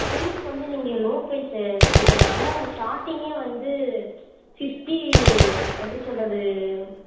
price வந்து நீங்கள் low price கேட்குறனால ஸ்டார்ட்டிங்கே வந்து சிக்ஸ்டி எப்படி சொல்கிறது